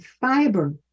fiber